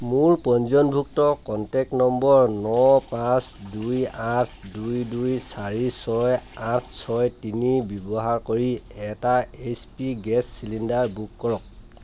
মোৰ পঞ্জীয়নভুক্ত contact number ন পাঁচ দুই আঠ দুই দুই চাৰি ছয় আঠ ছয় তিনি ব্যৱহাৰ কৰি এটা H P gas cylinder book কৰক